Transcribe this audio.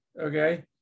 okay